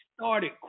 started